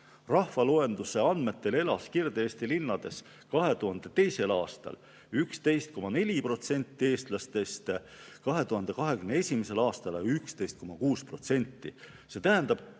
Rahvaloenduse andmetel elas Kirde-Eesti linnades 2002. aastal 11,4% eestlastest, 2021. aastal aga 11,6%. See tähendab,